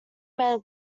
men